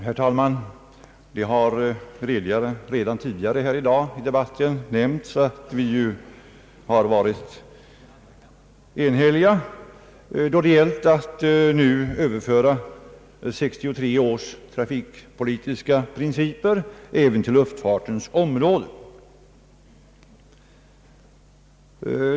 Herr talman! Det har redan tidigare här i dag i debatten nämnts, att vi varit enhälliga då det gällt att nu överföra 1963 års trafikpolitiska principer även till luftfartens område.